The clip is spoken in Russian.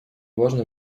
важно